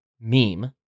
meme